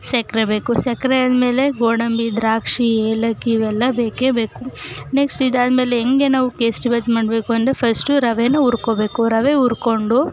ಸಕ್ಕರೆ ಬೇಕು ಸಕ್ಕರೆ ಆದಮೇಲೆ ಗೋಡಂಬಿ ದ್ರಾಕ್ಷಿ ಏಲಕ್ಕಿ ಇವೆಲ್ಲ ಬೇಕೇ ಬೇಕು ನೆಕ್ಸ್ಟ್ ಇದಾದ್ಮೇಲೆ ಹೆಂಗೆ ನಾವು ಕೇಸರಿಬಾತು ಮಾಡಬೇಕು ಅಂದರೆ ಫಸ್ಟು ರವೆನ ಹುರ್ಕೊಳ್ಬೇಕು ರವೆ ಹುರ್ಕೊಂಡು